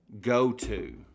go-to